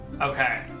okay